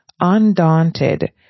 undaunted